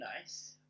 nice